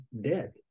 dead